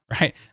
right